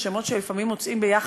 השמות שלפעמים מוצאים ביאח"ה.